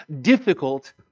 difficult